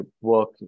work